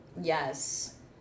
Yes